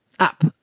up